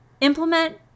implement